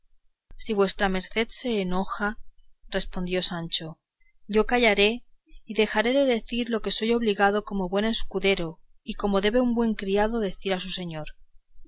si vuestra merced se enoja respondió sancho yo callaré y dejaré de decir lo que soy obligado como buen escudero y como debe un buen criado decir a su señor